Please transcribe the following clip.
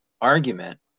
argument